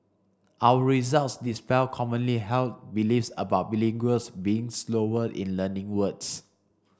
our results dispel commonly held beliefs about bilinguals being slower in learning words